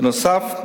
בנוסף,